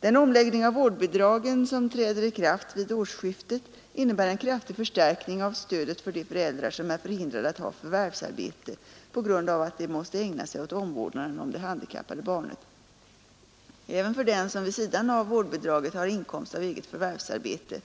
Den omläggning av vårdbidragen som träder i kraft vid årsskiftet innebär en kraftig förstärkning av stödet för de föräldrar som är förhindrade att ha förvärvsarbete på grund av att de måste ägna sig åt omvårdnaden om det handikappade barnet. Även för den som vid sidan av vårdbidraget har inkomst av eget förvärvsarbete